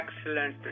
excellent